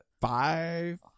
Five